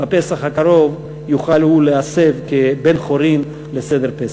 בפסח הקרוב יוכל הוא להסב כבן-חורין לסדר פסח.